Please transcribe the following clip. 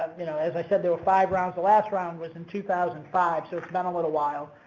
um you know, as i said there were five rounds, the last round was in two thousand and five so it's been a little while.